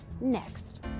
next